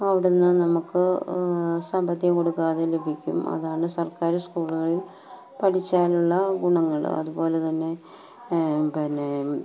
അവിടെനിന്ന് നമുക്ക് സാമ്പത്തികം കൊടുക്കാതെ ലഭിക്കും അതാണ് സർക്കാര് സ്കൂളുകളിൽ പഠിച്ചാലുള്ള ഗുണങ്ങള് അതുപോലെ തന്നെ പിന്നെ